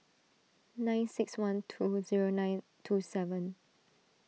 nine six one two zero nine two seven